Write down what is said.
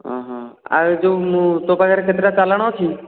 ଆଉ ଏଇ ଯେଉଁ ମୁଁ ତୋ ପାଖରେ କେତେଟା ଚାଲାଣ ଅଛି